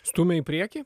stumia į priekį